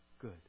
good